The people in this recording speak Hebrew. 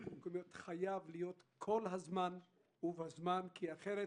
המקומיות חייב להיות כל הזמן ובזמן אחרת